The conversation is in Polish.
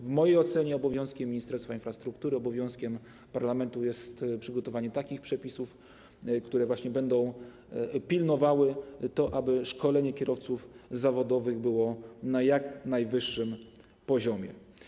W mojej ocenie obowiązkiem Ministerstwa Infrastruktury, obowiązkiem parlamentu jest przygotowanie takich przepisów, które umożliwią pilnowanie tego, aby szkolenie kierowców zawodowych było na jak najwyższym poziomie.